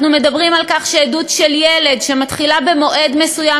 אנחנו מדברים על כך שעדות של ילד שמתחילה במועד מסוים,